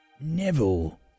Neville